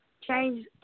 Change